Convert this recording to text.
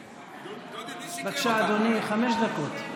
בבקשה, אדוני, חמש דקות.